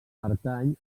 pertany